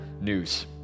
news